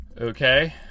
Okay